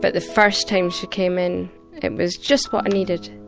but the first time she came in it was just what i needed,